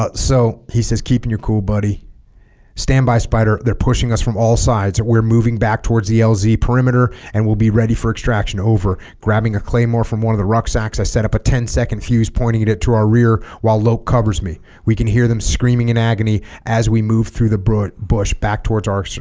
but so he says keeping your cool buddy standby spider they're pushing us from all sides we're moving back towards the ah lz perimeter and we'll be ready for extraction over grabbing a claymore from one of the rucksacks i set up a ten second fuse pointing it it to our rear while lope covers me we can hear them screaming in agony as we move through the bush back towards our so